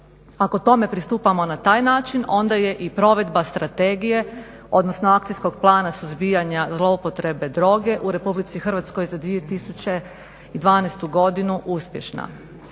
Ako tome pristupamo na taj način onda je i provedba strategije odnosno akcijskog plana suzbijanja zloupotrebe droge u RH za 2012.godinu uspješna.